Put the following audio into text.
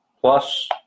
plus